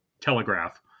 telegraph